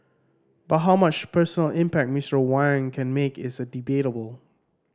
but how much personal impact Mister Wang can make is debatable